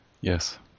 Yes